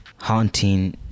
haunting